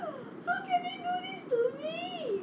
how can they do this to me